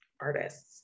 artists